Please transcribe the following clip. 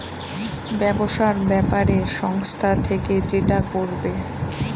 ব্যবসার ব্যাপারে সংস্থা থেকে যেটা করবে